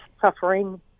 suffering